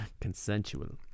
Consensual